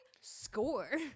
Score